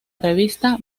revista